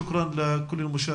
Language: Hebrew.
אני נועל את הישיבה.